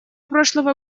прошлого